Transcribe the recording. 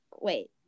Wait